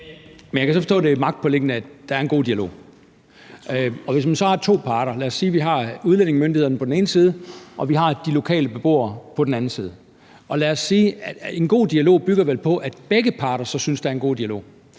Men jeg kan så forstå, at det er magtpåliggende, at der er en god dialog. Og hvis man har to parter – lad os sige, at vi har udlændingemyndighederne på den ene side, og at vi har de lokale beboere på den anden side – bygger en god dialog vel på, at begge parter synes, at der er en god dialog,